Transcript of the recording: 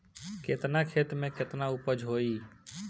केतना खेत में में केतना उपज होई?